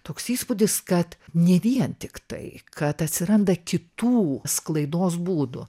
toks įspūdis kad ne vien tik tai kad atsiranda kitų sklaidos būdų